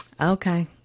Okay